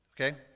Okay